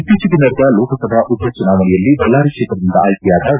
ಇತ್ತೀಚಿಗೆ ನಡೆದ ಲೋಕಸಭಾ ಉಪ ಚುನಾವಣೆಯಲ್ಲಿ ಬಳ್ಳಾರಿ ಕ್ಷೇತ್ರದಿಂದ ಆಯ್ಕೆಯಾದ ಎ